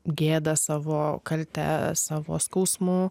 gėda savo kalte savo skausmu